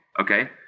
okay